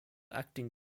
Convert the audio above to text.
acting